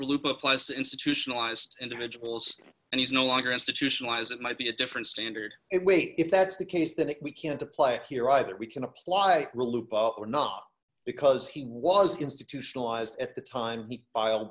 really applies to institutionalized individuals and he's no longer institutionalized it might be a different standard and wait if that's the case that if we can't apply it here either we can apply it really or not because he was institutionalized at the time he filed